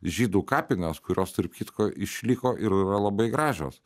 žydų kapinės kurios tarp kitko išliko ir yra labai gražios